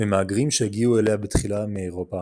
ממהגרים שהגיעו אליה בתחילה מאירופה